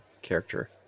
Character